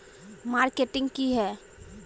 Marketing की है?